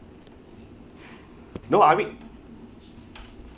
no I mean